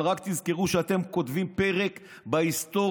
אבל רק תזכרו שאתם כותבים פרק בהיסטוריה,